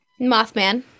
Mothman